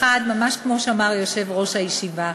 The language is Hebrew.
1. ממש כמו שאמר יושב-ראש הישיבה,